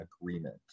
agreement